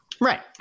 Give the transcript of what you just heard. Right